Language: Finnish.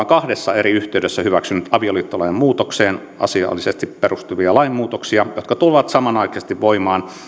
kahdessa eri yhteydessä hyväksynyt avioliittolain muutokseen asiallisesti perustuvia lainmuutoksia jotka tulevat samanaikaisesti voimaan